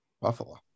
Buffalo